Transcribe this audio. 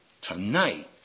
tonight